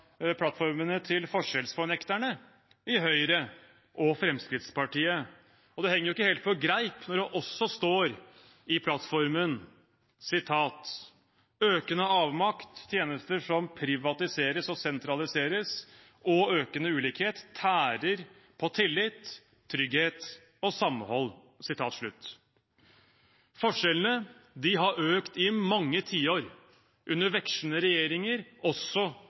plattformene til forskjellsfornekterne i Høyre og Fremskrittspartiet. Det henger ikke helt på greip når det også står i plattformen: «Økende avmakt, tjenester som privatiseres og sentraliseres, og økende ulikhet tærer på tillit, trygghet og samhold.» Forskjellene har økt i mange tiår under vekslende regjeringer, også